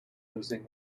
losing